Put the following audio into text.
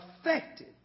affected